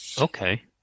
Okay